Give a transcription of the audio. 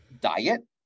diet